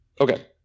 Okay